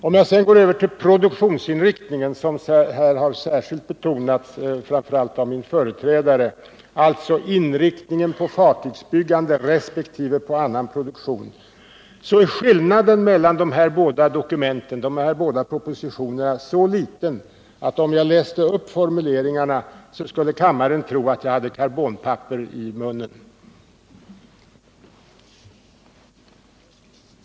Vad sedan beträffar produktionsinriktningen, som här har särskilt betonats framför allt av min företrädare, alltså inriktningen på fartygsbyggande resp. annan produktion, är skillnaden mellan de här båda propositionerna så liten att om jag läste upp formuleringarna skulle kammaren tro att jag hade karbonpapper i munnen.